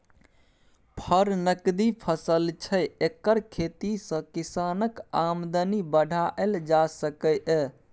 फर नकदी फसल छै एकर खेती सँ किसानक आमदनी बढ़ाएल जा सकैए